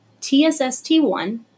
TSST1